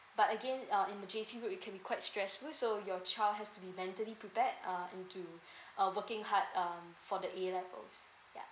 but again uh in the J_C route it can be quite stressful so your child has to be mentally prepared uh into or working hard um for the A levels ya